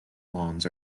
lawns